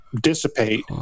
dissipate